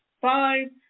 Five